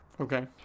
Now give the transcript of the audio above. Okay